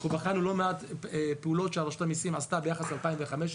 אנחנו בחנו לא מעט פעולות של רשות המיסים ביחס ל-2015.